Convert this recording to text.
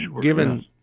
Given